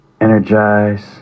Energize